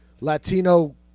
Latino